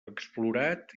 explorat